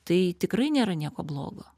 tai tikrai nėra nieko blogo